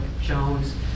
Jones